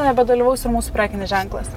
nebedalyvaus ir mūsų prekinis ženklas